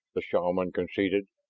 the shaman conceded.